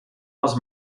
pels